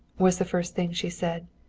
was the first thing she said.